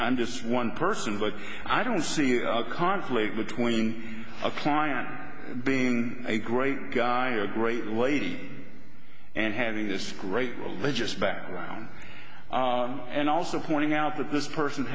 i'm just one person but i don't see a conflict between a client being a great guy or a great lady and having this great will the just background and also pointing out that this person